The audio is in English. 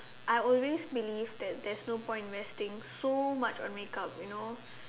I always believe that there's no point investing so much on make up you know